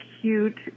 cute